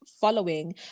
following